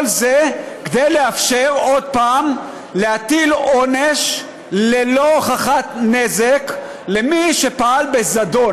כל זה כדי לאפשר עוד פעם להטיל עונש ללא הוכחת נזק על מי שפעל בזדון.